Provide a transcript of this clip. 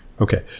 Okay